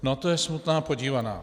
Na to je smutná podívaná.